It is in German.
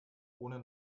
ohne